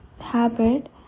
habit